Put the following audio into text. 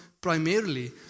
primarily